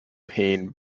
pain